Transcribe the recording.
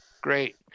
Great